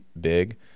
big